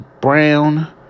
Brown